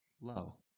low